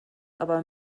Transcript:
aber